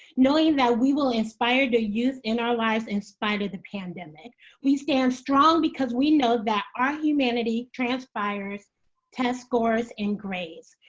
knowing that we will inspire the youth in our lives in spite of the pandemic. we stand strong because we know that our humanity transpires test scores and grades.